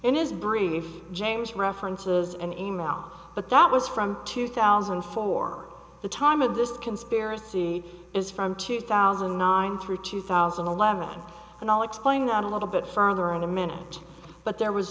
in his brief james references and e mail but that was from two thousand and four the time of this conspiracy is from two thousand and nine through two thousand and eleven and i'll explain that a little bit further in a minute but there was